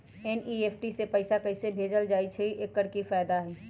NEFT से पैसा कैसे भेजल जाइछइ? एकर की फायदा हई?